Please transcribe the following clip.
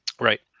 Right